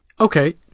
Okay